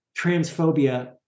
transphobia